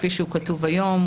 כפי שהוא כתוב היום,